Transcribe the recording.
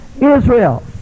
Israel